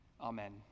Amen